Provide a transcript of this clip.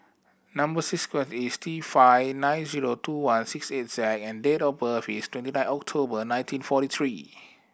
number is T five nine zero two one six eight Z and date of birth is twenty nine October nineteen forty three